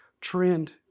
trend